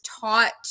taught